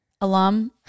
alum